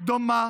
דומה